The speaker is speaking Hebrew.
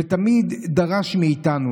ותמיד דרש מאיתנו,